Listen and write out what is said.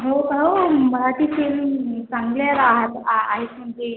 हो का ओ मराठी सीरियल चांगले राहता आ आहेत म्हणजे